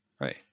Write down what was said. Right